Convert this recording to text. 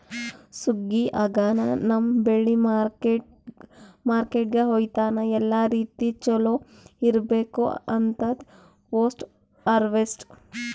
ಸುಗ್ಗಿ ಆಗನ ನಮ್ಮ್ ಬೆಳಿ ಮಾರ್ಕೆಟ್ಕ ಒಯ್ಯತನ ಎಲ್ಲಾ ರೀತಿ ಚೊಲೋ ಇರ್ಬೇಕು ಅಂತದ್ ಪೋಸ್ಟ್ ಹಾರ್ವೆಸ್ಟ್